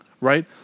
right